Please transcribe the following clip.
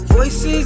Voices